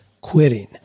quitting